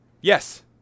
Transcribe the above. Yes